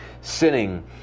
sinning